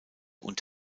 und